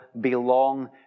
belong